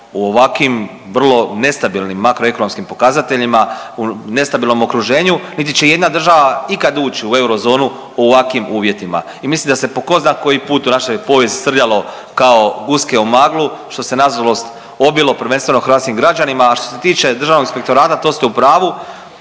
u ovakvim vrlo nestabilnim makroekonomskim pokazateljima, u nestabilnom okruženju niti će jedna država ikad ući u eurozonu u ovakvim uvjetima. I mislim da se po zna koji put u našoj povijesti srljalo kao guske u maglu što se nažalost obilo prvenstveno hrvatskim građanima. A što se tiče Državnog inspektorata to ste u pravu.